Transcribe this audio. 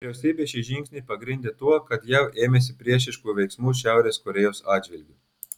vyriausybė šį žingsnį pagrindė tuo kad jav ėmėsi priešiškų veiksmų šiaurės korėjos atžvilgiu